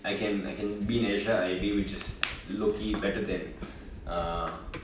I can I can be in S_J_I I_B which is lowkey better than uh